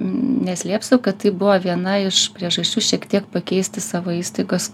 neslėpsiu kad tai buvo viena iš priežasčių šiek tiek pakeisti savo įstaigos